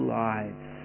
lives